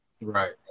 Right